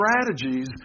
strategies